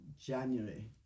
January